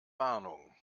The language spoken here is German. warnung